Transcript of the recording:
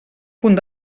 punt